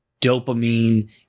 dopamine